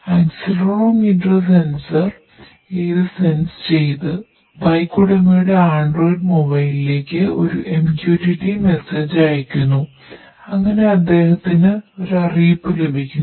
accelerometer sensor അയക്കുന്നു അങ്ങനെ അദ്ദേഹത്തിന് അറിയിപ്പ് ലഭിക്കുന്നു